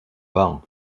banc